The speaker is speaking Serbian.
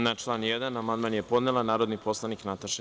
Na član 1. amandman je podnela narodni poslanik Nataša Sp.